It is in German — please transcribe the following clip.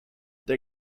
der